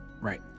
Right